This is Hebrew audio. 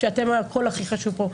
שאתם הקול הכי חשוב פה.